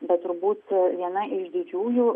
bet turbūt viena iš didžiųjų